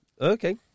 Okay